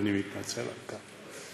ואני מתנצל על כך.